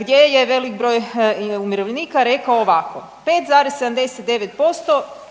gdje je velik broj je umirovljenika rekao ovako. 5,79%